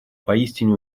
поистине